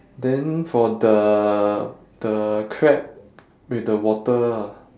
then for the the crab with the water ah